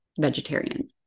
vegetarian